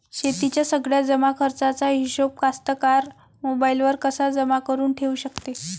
शेतीच्या सगळ्या जमाखर्चाचा हिशोब कास्तकार मोबाईलवर कसा जमा करुन ठेऊ शकते?